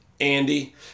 andy